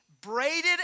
braided